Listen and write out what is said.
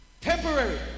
temporary